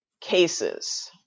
cases